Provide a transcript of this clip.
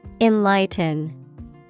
Enlighten